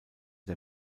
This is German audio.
der